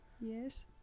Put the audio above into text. Yes